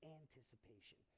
anticipation